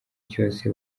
cyose